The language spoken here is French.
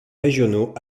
régionaux